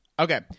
Okay